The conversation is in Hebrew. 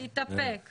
תתאפק.